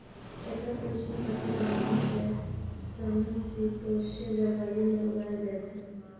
एकरा उष्णकटिबंधीय सं समशीतोष्ण जलवायु मे उगायल जाइ छै